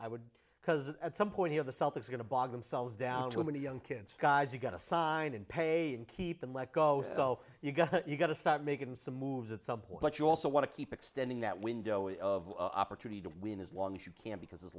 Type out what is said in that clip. i would because at some point here the celtics going to bog themselves down too many young kids guys you got to sign and pay and keep them let go so you've got you've got to start making some moves at some point but you also want to keep extending that window of opportunity to win as long as you can because as